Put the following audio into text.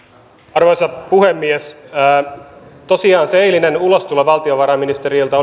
arvoisa puhemies tosiaan se eilinen ulostulo valtiovarainministeriöltä